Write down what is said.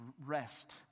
rest